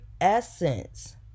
essence